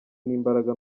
n’imbaraga